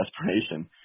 desperation